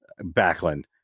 Backlund